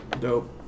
dope